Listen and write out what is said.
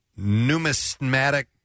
Numismatic